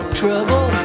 trouble